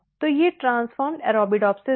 तो ये transformed Arabidopsis हैं